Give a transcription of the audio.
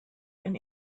and